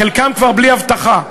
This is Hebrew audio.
לחלקם כבר בלי אבטחה,